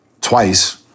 twice